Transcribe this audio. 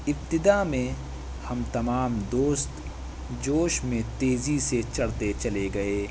ابتدا میں ہم تمام دوست جوش میں تیزی سے چڑھتے چلے گئے